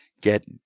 get